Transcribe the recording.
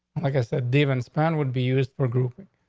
like i said, deven span would be used for group.